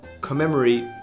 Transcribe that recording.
commemorate